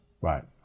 Right